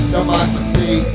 Democracy